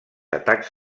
atacs